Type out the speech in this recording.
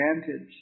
advantage